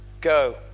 go